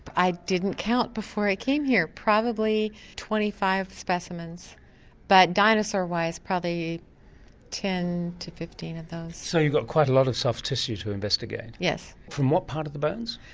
i didn't count before i came here, probably twenty five specimens but dinosaurwise probably ten to fifteen of those. so you've got quite a lot of soft tissues to investigate. yes. from what part of the bones?